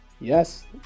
yes